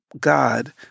God